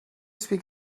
speak